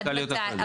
צריכה להיות הפרדה.